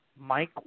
Mike